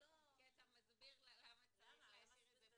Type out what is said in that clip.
כי אתה מסביר לה למה צריך להשאיר את זה פתוח.